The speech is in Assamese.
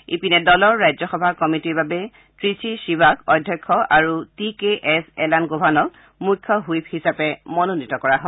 ইপিনে দলৰ ৰাজ্যসভা কমিটীৰ বাবে ট্টচী শিবাক অধ্যক্ষ আৰু টি কে এছ এলানগোভানক মুখ্য হুইপ হিচাপে মনোনীত কৰা হয়